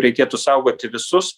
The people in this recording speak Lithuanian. reikėtų saugoti visus